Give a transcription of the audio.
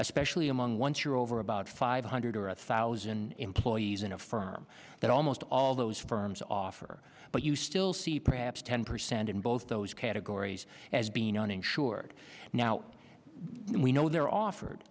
especially among once you're over about five hundred or a thousand employees in a firm that almost all those firms offer but you still see perhaps ten percent in both those categories as being uninsured now we know they're offered